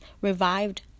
revived